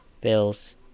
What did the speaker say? Bills